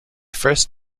first